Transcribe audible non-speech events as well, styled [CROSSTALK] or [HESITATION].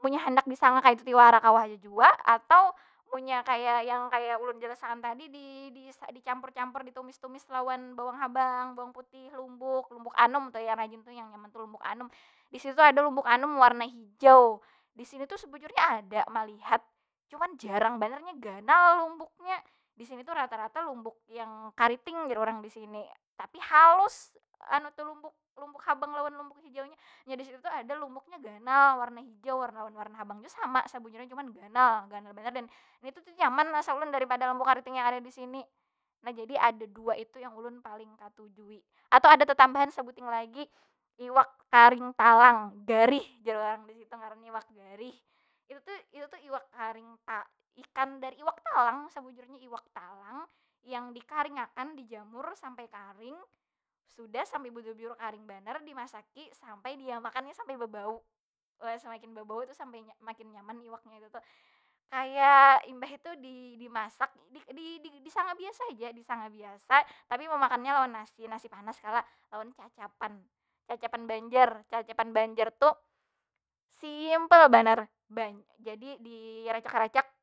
munnya handak disanga kaytu wara, kawa haja jua. Atau munnya kaya yang kaya ulun jelas akan tadi di- dicampur campur, ditumis- tumis, lawan bawang habang, bawang putih, lumbuk, lumbuk anum tu yang rajin tu, yang nyaman tu lumbu anum. Di situ ada lumbuk anum wrna hijau, di sini tu sebujurnya ada malihat. Cuman, jarang banar nya ganal lumbuk nya. D sini tu rata- rata lumbuk yang kariting jar urang di sini. Tapi, halus [HESITATION] lumbuk habang lawan lumbuk hijau. Nya disitu tu ada lumbuknya ganal, warna hijau, war- war- warna habang jua sama sebujurnya. Cuma ganal, gnaal banar. Ini tu tu nyaman asa ulun daripada lumbuk kariting yang ada di sini. Nah jadi ada dua itu nang ulun paling katujui, atau ada tetambahan sebuting lagi iwak karing talang, garih jar urang di situ ngarannya. Iwak garih. Itu tu itu tu iwak karing [HESITATION] ikan dari iwak telang sebujurnya iiwak talang yang dikaringakan, di jamur sampai karing. Sudah sampai bebujur karing banar, dimasaki sampai dia makanya sampai bebau. [UNINTELLIGIBLE] semakin bebau itu [HESITATION] makin nyaman iwaknya itutu. kaya, imbah itu di- dimasak. Di- di- di- disanga biasa ja, disangan biasa. Tapi memakannya lawan nasi, nasi panas kalo? Lawan cacapan, cacapan banjar. Cacapan banjar tu simple banar. [HESITATION] jadi di racak- racak.